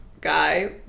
guy